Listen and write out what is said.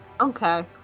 Okay